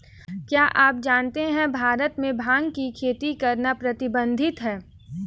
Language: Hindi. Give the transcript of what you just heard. क्या आप जानते है भारत में भांग की खेती करना प्रतिबंधित है?